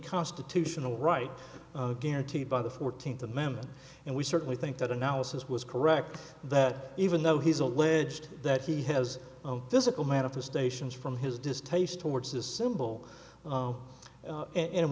constitutional right guaranteed by the fourteenth amendment and we certainly think that analysis was correct that even though he's alleged that he has zero physical manifestations from his distaste towards this symbol oh and it